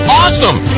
awesome